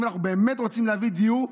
אם אנחנו באמת רוצים להביא דיור,